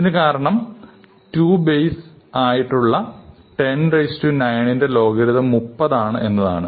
ഇതിന് കാരണം 2 ബേസ് ആയിട്ടുള്ള 10 9 ന്റെ ലോഗരിതം 30 ആണ് എന്നതാണ്